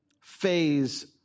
phase